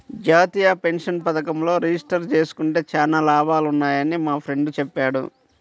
జాతీయ పెన్షన్ పథకంలో రిజిస్టర్ జేసుకుంటే చానా లాభాలున్నయ్యని మా ఫ్రెండు చెప్పాడు